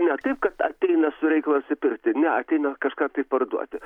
ne taip kad ateina su reikalu atsipirkti ne ateina kažką tai parduoti